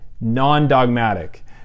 non-dogmatic